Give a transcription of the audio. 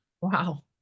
Wow